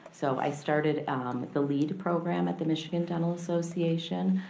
so i started the lead program at the michigan dental association,